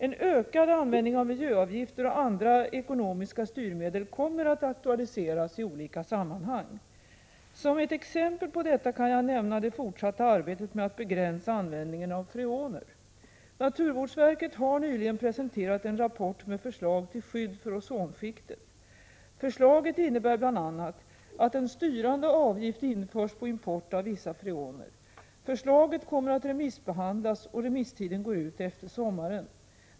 En ökad användning av miljöavgifter och andra ekonomiska styrmedel kommer att aktualiseras i olika sammanhang. Som ett exempel på detta kan jag nämna det fortsatta arbetet med att begränsa användningen av freoner. Naturvårdsverket har nyligen presenterat en rapport med förslag till skydd för ozonskiktet. Förslaget innebär bl.a. att en styrande avgift införs på import av vissa freoner. Förslaget kommer att remissbehandlas, och remisstiden går ut efter sommaren.